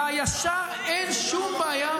לישר אין שום בעיה.